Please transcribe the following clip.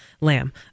Lamb